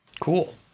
Cool